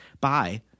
Bye